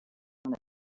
from